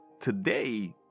today